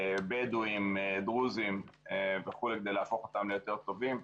הבדואי, הדרוזי וכו', כדי להפוך אותם ליותר טובים.